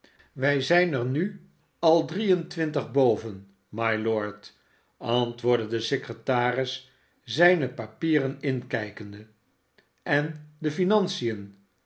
swij zijn er nu al drie en twintig boven mylord antwoordde de secretaris zijne papieren inkijkende en de nnantien